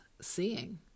seeing